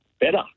better